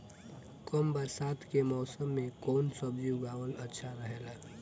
कम बरसात के मौसम में कउन सब्जी उगावल अच्छा रहेला?